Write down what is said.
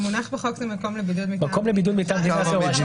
המונח בחוק הוא מקום לבידוד מטעם המדינה,